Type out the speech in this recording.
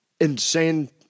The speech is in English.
insane